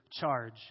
charge